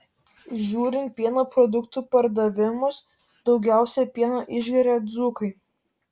žiūrint pieno produktų pardavimus daugiausiai pieno išgeria dzūkai